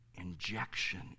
injection